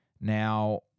Now